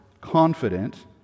confident